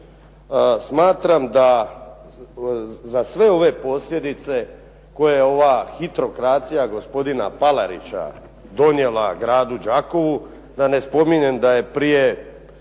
Smatram da za sve ove posljedice koje ova hitrokracija gospodina Palarića donijela gradu Đakovu, da ne spominjem da je prije